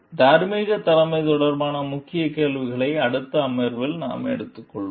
தார்மீக தலைமை தொடர்பான முக்கிய கேள்விகளை அடுத்த அமர்வில் நாம் எடுத்துக்கொள்வோம்